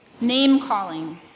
name-calling